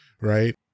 right